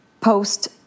post